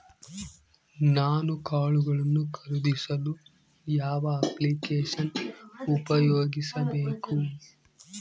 ನಾನು ಕಾಳುಗಳನ್ನು ಖರೇದಿಸಲು ಯಾವ ಅಪ್ಲಿಕೇಶನ್ ಉಪಯೋಗಿಸಬೇಕು?